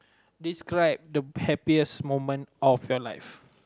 describe the happiest moment of your life